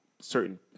certain